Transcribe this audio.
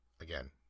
Again